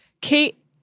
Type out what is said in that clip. Kate